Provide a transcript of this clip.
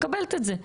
מקבלת את זה.